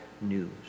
news